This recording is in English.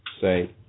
Say